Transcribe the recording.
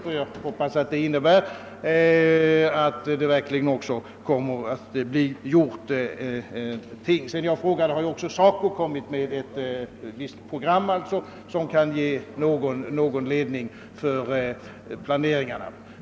Jag hoppas att så också verkligen kommer att bli fallet. Sedan jag ställde min fråga, har även SACO framlagt ett program, som kan ge någon ledning för planeringsarbetet.